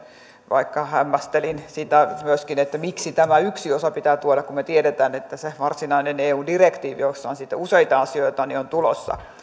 vaikka myöskin hämmästelin sitä miksi tämä yksi osa pitää tuoda kun me tiedämme että se varsinainen eu direktiivi jossa on sitten useita asioita on tulossa